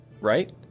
Right